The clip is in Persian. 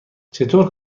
چطور